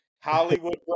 Hollywood